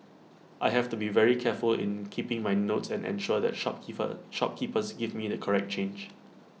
I have to be very careful in keeping my notes and ensure that shopkeeper shopkeepers give me the correct change